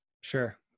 Sure